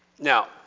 Now